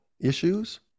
issues